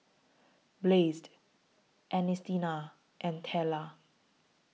Blaze Ernestina and Tella